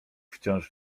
wciąż